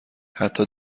حتی